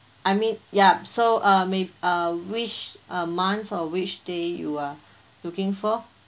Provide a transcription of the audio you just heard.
I mean yup so uh may uh which uh months uh which day you are looking for